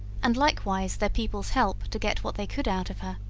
and likewise their people's help to get what they could out of her,